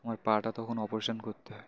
আমার পাটা তখন অপারেশান করতে হয়